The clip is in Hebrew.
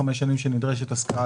אנחנו מתמקדים בחלק שקשור לקרנות